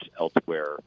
elsewhere